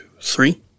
three